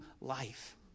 life